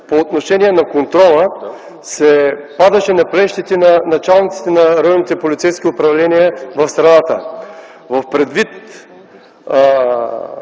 по отношение на контрола се падаше на плещите на началниците на районните полицейски управления в страната. Предвид